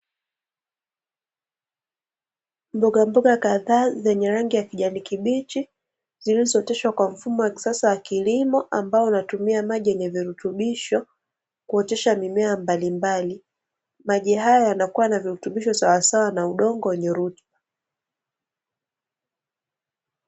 Mbogamboga kadhaa zenye rangi ya kijani kibichi zilizooteshwa kwa mfumo wa kisasa wa kilimo, ambao unatumia maji yenye virutubisho kuotesha mimea mbalimbali, maji haya yanakua na virutubisho sawasawa na udongo wenye rutuba.